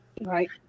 Right